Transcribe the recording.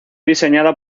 diseñada